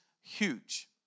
huge